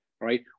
right